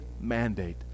mandate